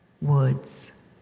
woods